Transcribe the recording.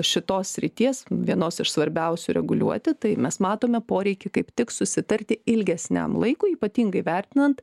šitos srities vienos iš svarbiausių reguliuoti tai mes matome poreikį kaip tik susitarti ilgesniam laikui ypatingai vertinant